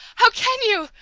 how can you!